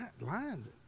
Lions